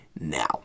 now